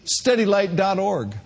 Steadylight.org